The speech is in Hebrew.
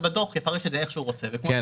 ועדיין